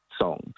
song